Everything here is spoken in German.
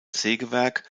sägewerk